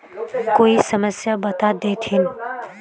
कोई समस्या बता देतहिन?